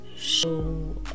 show